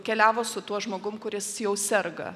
keliavo su tuo žmogum kuris jau serga